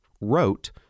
wrote